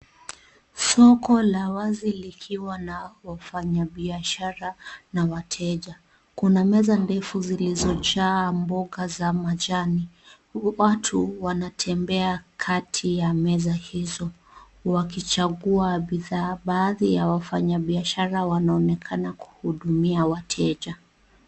Soko la wazi likiwa na wafanyi biashara na wateja. Kuna meza ndefu zilizo jaa mboga za majani watu wanatembea kati ya meza hizo wakichagua bidhaa ya wafanyabiashara wanaonekana kuhudumia wateja.